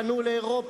פנו אל אירופה,